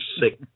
sick